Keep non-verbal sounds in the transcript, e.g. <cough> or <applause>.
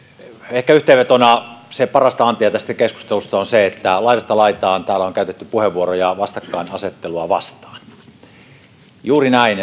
ehkä yhteenvetona parasta antia tästä keskustelusta on se että laidasta laitaan täällä on käytetty puheenvuoroja vastakkainasettelua vastaan juuri näin <unintelligible>